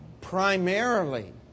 primarily